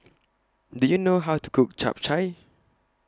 Do YOU know How to Cook Chap Chai